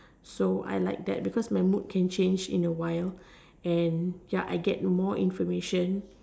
so I like that because my mood can change in a while and I get more information